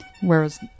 Whereas –